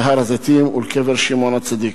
להר-הזיתים ולקבר שמעון הצדיק.